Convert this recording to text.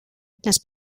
les